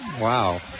Wow